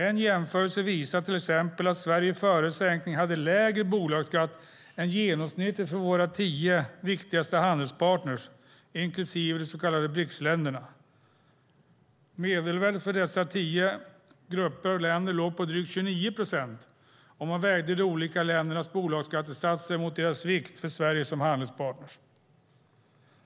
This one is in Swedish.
En jämförelse visar till exempel att Sverige före sänkningen hade lägre bolagsskatt än genomsnittet för våra tio viktigaste handelspartner, inklusive de så kallade Briksländerna. Medelvärdet för dessa länder låg på drygt 29 procent om man väger de olika ländernas bolagsskattesats mot deras vikt för Sverige som handelspartner.